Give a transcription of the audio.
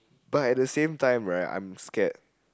but at the same time right I'm scared